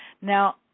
Now